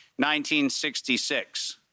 1966